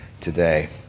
today